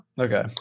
okay